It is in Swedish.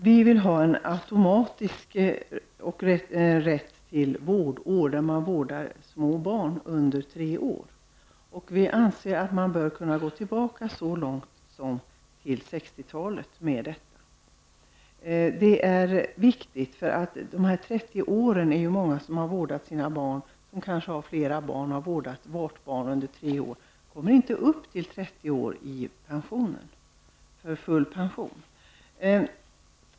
Vi vill ha en automatisk rätt till vårdår när det gäller vård av små barn under tre år. Man bör enligt vår mening kunna gå tillbaka så långt som till 60-talet i detta avseende. Det är många som har flera barn, som har vårdat vart barn under tre år och som inte kommer upp till 30 år för full pension.